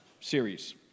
series